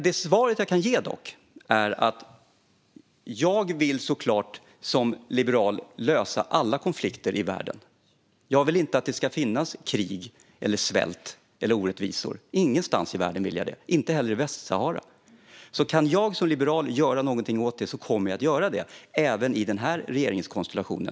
Det svar jag dock kan ge är att jag som liberal såklart vill lösa alla konflikter i världen. Jag vill inte att det ska finnas krig, svält eller orättvisor någonstans, inte heller i Västsahara. Om jag som liberal kan göra något åt det kommer jag självklart att göra det, även i den här regeringskonstellationen.